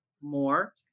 more